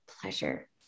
pleasure